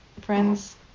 friends